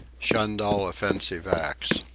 shunned all offensive acts.